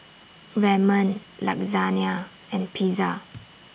Ramen Lasagna and Pizza